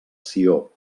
sió